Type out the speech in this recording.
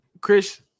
Chris